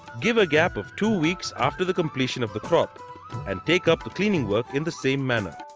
give a gap of two weeks after the completion of the crop and take up the cleaning work in the same manner.